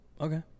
Okay